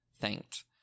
thanked